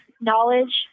knowledge